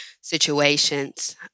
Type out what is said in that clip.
situations